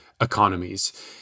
economies